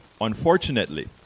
Unfortunately